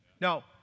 No